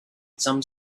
some